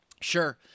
sure